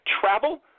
travel